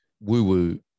woo-woo